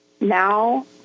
now